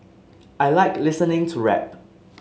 I like listening to rap